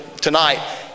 tonight